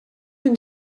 une